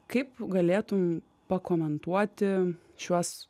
kaip galėtum pakomentuoti šiuos